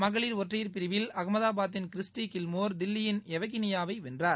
மகளிர் ஒற்றையர் பிரிவில் அகமதாபாதின் கிறிஸ்டி கில்மோர் தில்லியின் எவகினியாவை வென்றார்